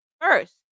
First